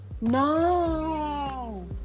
No